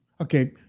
okay